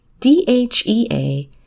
DHEA